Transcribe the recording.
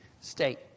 state